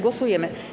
Głosujemy.